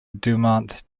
dumont